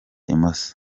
imoso